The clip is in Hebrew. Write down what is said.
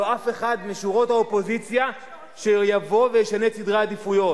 לא אף אחד משורות האופוזיציה שיבוא וישנה את סדרי העדיפויות.